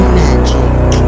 magic